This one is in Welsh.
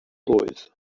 blwydd